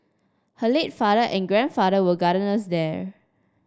her late father and grandfather were gardeners there